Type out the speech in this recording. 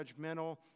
judgmental